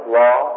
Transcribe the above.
law